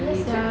ya sia